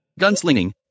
gunslinging